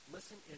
Listen